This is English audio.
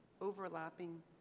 overlapping